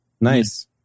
nice